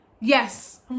yes